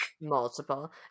multiple